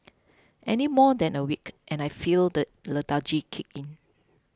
any more than a week and I feel the lethargy kick in